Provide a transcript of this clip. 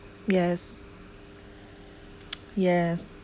yes yes